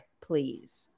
please